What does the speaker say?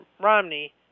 Romney